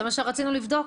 זה מה שרצינו לבדוק.